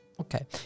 Okay